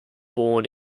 born